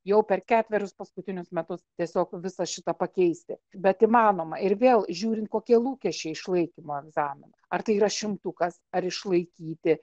jau per ketverius paskutinius metus tiesiog visą šitą pakeisti bet įmanoma ir vėl žiūrint kokie lūkesčiai išlaikymo egzamino ar tai yra šimtukas ar išlaikyti